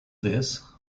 this